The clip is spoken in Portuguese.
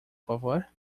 favor